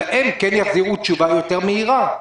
שלהם כן יחזירו תשובה יותר מהירה.